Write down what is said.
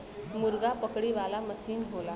मुरगा पकड़े वाला मसीन होला